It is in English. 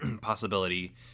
possibility